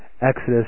Exodus